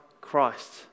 Christ